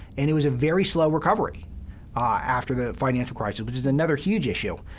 and it was a very slow recovery after the financial crisis, which is another huge issue,